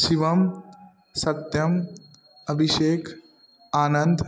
Shivam Satyam Abhishek Anand